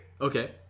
Okay